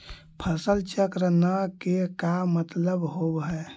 फसल चक्र न के का मतलब होब है?